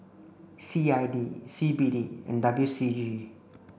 C I D C B D and W C G